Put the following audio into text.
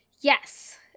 Yes